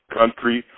country